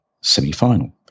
semi-final